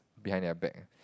behind their back